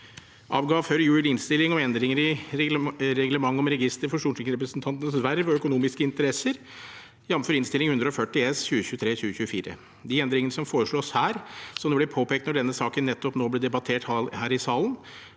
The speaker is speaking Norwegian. avga før jul innstilling om endringer i reglement om register for stortingsrepresentantenes verv og økonomiske interesser, jf. Innst. 140 S for 2023– 2024. De endringene som foreslås, har – som det ble påpekt da denne saken nå nettopp ble debattert her i salen